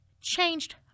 changed